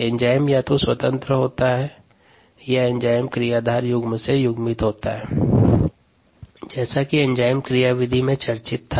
enzyme या तो स्वतंत्र होता है या एंजाइम क्रियाधार युग्म से युग्मित होता है जैसा कि एंजाइम क्रियाविधि में चर्चित था